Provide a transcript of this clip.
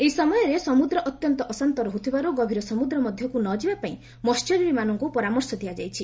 ଏହି ସମୟରେ ସମୁଦ୍ର ଅତ୍ୟନ୍ତ ଅଶାନ୍ତ ରହୁଥିବାରୁ ଗଭୀର ସମୁଦ୍ର ମଧ୍ୟକୁ ନଯିବା ପାଇଁ ମହ୍ୟକୀବୀମାନଙ୍କୁ ପରାମର୍ଶ ଦିଆଯାଇଛି